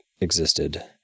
existed